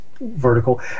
vertical